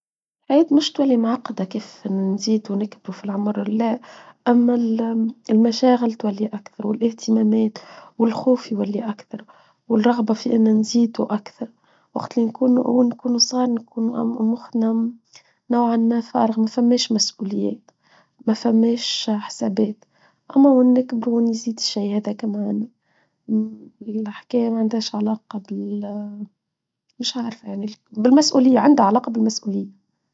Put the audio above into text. الحياة مش طولي معقدة كيف نزيد ونكبر في العمر لا أما المشاغل طولي أكثر والاهتمامات والخوفي طولي أكثر والرغبة في أن نزيده أكثر وقتلين نكون أول نكون ثاني نكون أم ومخنم نوعاً ما فارغ ما فماش مسئوليات ما فماش حسابات أما ونكبر ونزيد شي هذا كمان الحكاية ما عندهاش علاقة باااا مش عارفه يعني بالمسئولية عندها علاقة بالمسئولية.